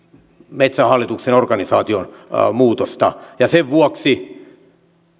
metsähallituksen organisaation muutosta sen vuoksi